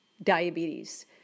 diabetes